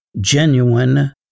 genuine